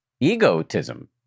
egotism